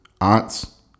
aunts